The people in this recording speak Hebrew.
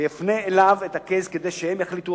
ויפנה אליו את ה-case כדי שהם יחליטו